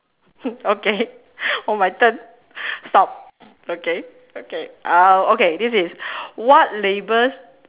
hmm okay oh my turn stop okay okay uh okay this is what labels